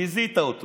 ביזית אותו